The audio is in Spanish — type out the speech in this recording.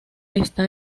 está